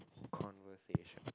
conversation